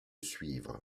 suivre